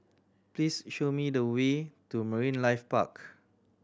please show me the way to Marine Life Park